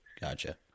Gotcha